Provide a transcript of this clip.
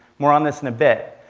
more on this in a bit.